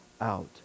out